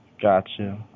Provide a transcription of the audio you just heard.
Gotcha